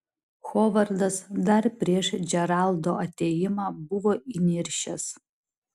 hovardas dar prieš džeraldo atėjimą buvo įniršęs